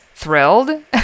Thrilled